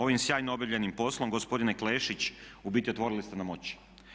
Ovim sjajno obavljenim poslom gospodine Klešić u biti otvorili ste nam oči.